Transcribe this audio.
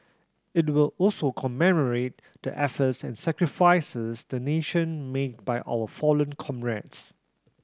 it will also commemorate the efforts and sacrifices the nation made by our fallen comrades